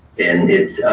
and it's